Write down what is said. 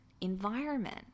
environment